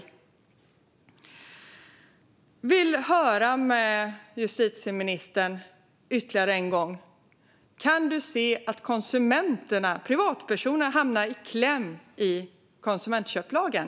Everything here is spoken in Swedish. Jag vill ytterligare en gång höra med justitieministern: Kan du se att konsumenterna - privatpersonerna - hamnar i kläm i konsumentköplagen?